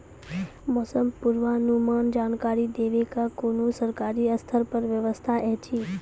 मौसम पूर्वानुमान जानकरी देवाक कुनू सरकारी स्तर पर व्यवस्था ऐछि?